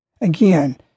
Again